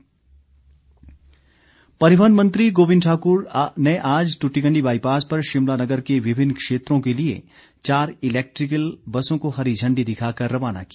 गोविंद ठाकुर परिवहन मंत्री गोविंद ठाकुर आज दूटीकंडी बाईपास पर शिमला नगर के विभिन्न क्षेत्रों के लिए चार इलेक्ट्रिकल बसों को हरी झंडी दिखा कर रवाना किया